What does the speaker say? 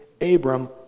Abram